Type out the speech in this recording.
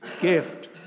gift